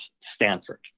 Stanford